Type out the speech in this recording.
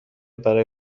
برای